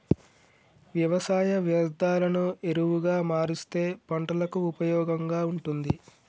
వ్యవసాయ వ్యర్ధాలను ఎరువుగా మారుస్తే పంటలకు ఉపయోగంగా ఉంటుంది